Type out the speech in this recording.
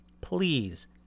please